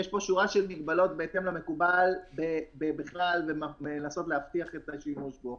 יש פה שורה של מגבלות בהתאם למקובל בכלל ולנסות להבטיח את השימור שלו.